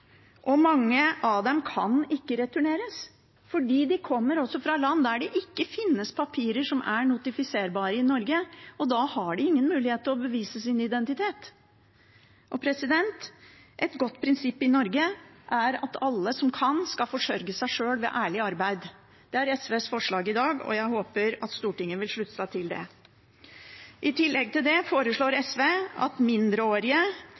returnert. Mange av dem kan ikke returneres fordi de kommer fra land der det ikke finnes papirer som er notifiserbare i Norge, og da har de ingen mulighet til å bevise sin identitet. Et godt prinsipp i Norge er at alle som kan, skal forsørge seg sjøl ved ærlig arbeid. Det er SVs forslag i dag, og jeg håper Stortinget vil slutte seg til det. I tillegg til det foreslår SV at mindreårige